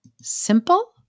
simple